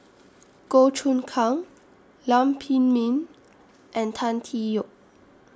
Goh Choon Kang Lam Pin Min and Tan Tee Yoke